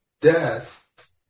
Death